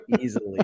easily